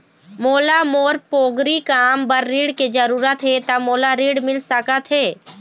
मोला मोर पोगरी काम बर ऋण के जरूरत हे ता मोला ऋण मिल सकत हे?